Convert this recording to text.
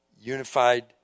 unified